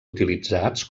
utilitzats